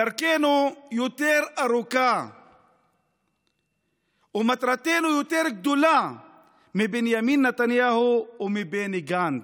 דרכנו יותר ארוכה ומטרתנו יותר גדולה מבנימין נתניהו או מבני גנץ.